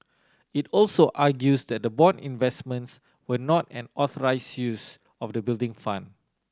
it also argues that the bond investments were not an authorise use of the Building Fund